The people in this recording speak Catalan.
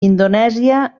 indonèsia